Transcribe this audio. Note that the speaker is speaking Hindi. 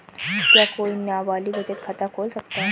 क्या कोई नाबालिग बचत खाता खोल सकता है?